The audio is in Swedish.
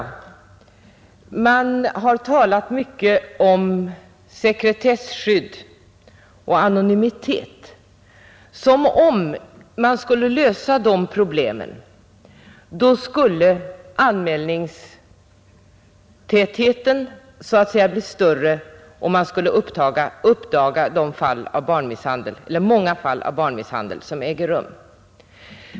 59 Det har här talats mycket om sekretesskydd och anonymitet — som om, ifall man skulle lösa det problemet, ”anmälningstätheten” skulle bli större och man skulle uppdaga många fall av den barnmisshandel som äger rum.